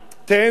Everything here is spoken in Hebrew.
תיהנו.